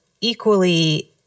equally